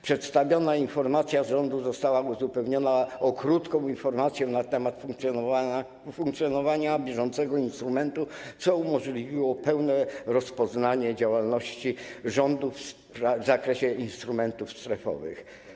Przedstawiona informacja rządu została uzupełniona o krótką informację na temat funkcjonowania bieżącego instrumentu, co umożliwiło pełne rozpoznanie działalności rządu w zakresie instrumentów strefowych.